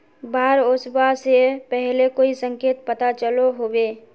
बाढ़ ओसबा से पहले कोई संकेत पता चलो होबे?